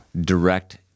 direct